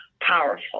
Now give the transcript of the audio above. powerful